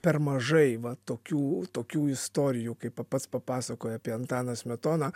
per mažai va tokių tokių istorijų kaip pats papasakojai apie antaną smetoną